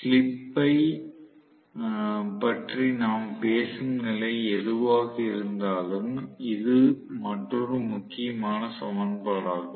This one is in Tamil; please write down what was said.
ஸ்லிப்பைப் பற்றி நாம் பேசும் நிலை எதுவாக இருந்தாலும் இது மற்றொரு முக்கியமான சமன்பாடாகும்